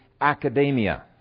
academia